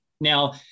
now